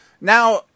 now